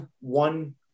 one